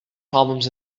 problems